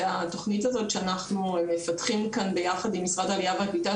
התכנית הזאת שאנחנו מפתחים כאן ביחד עם משרד העליה והקליטה,